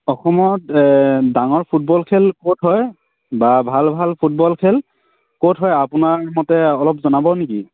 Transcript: অসমত ডাঙৰ ফুটবল খেল ক'ত হয় বা ভাল ভাল ফুটবল খেল ক'ত হয় আপোনাৰ মতে অলপ জনাব নেকি